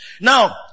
Now